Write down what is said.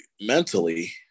mentally